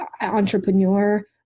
entrepreneur